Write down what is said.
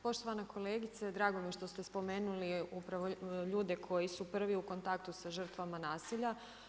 Poštovana kolegice, drago mi je što ste spomenuli upravo ljude koji su prvi u kontaktu sa žrtvama nasilja.